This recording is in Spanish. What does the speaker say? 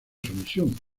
sumisión